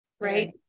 Right